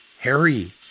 Harry